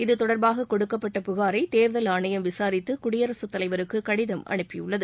இது தொடர்பாக கொடுக்கப்பட்ட புகாரை தேர்தல் ஆணையம் விசாரித்து குடியரசுத் தலைவருக்கு கடிதம் அனுப்பியுள்ளது